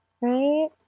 Right